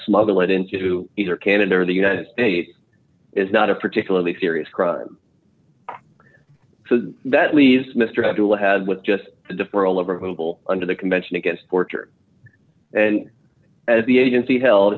smuggle it into either canada or the united states is not a particularly serious crime so that leaves mr abdul had with just the for a livable under the convention against torture and at the agency held